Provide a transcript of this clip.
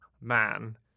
man